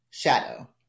Shadow